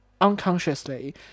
unconsciously